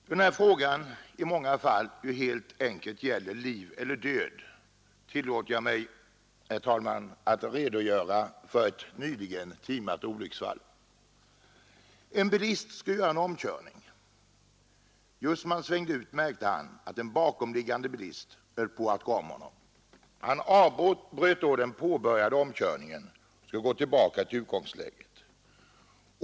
Då denna fråga i många fall helt enkelt gäller liv eller död tillåter jag mig, herr talman, att redogöra för ett nyligen timat olycksfall. En bilist skulle göra en omkörning. Just som han svängde ut märkte han, att en bakomliggande bilist höll på att passera honom. Han avbröt då den påbörjade omkörningen och skulle gå tillbaka till utgångsläget.